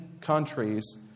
countries